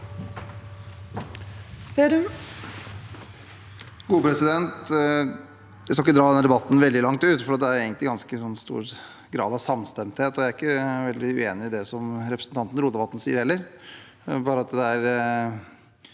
Jeg skal ikke dra denne debatten veldig langt ut, for det er egentlig ganske stor grad av samstemthet. Jeg er ikke veldig uenig i det som representanten Rotevatn sier heller.